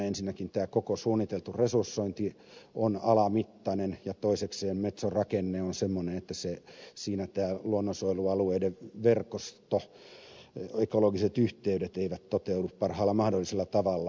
ensinnäkin koko suunniteltu resursointi on alamittainen ja toisekseen metson rakenne on semmoinen että siinä luonnonsuojelualueiden verkosto ekologiset yhteydet eivät toteudu parhaalla mahdollisella tavalla